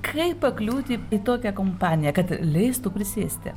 kaip pakliūti į tokią kompaniją kad leistų prisėsti